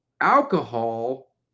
Alcohol